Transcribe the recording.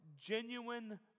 Genuine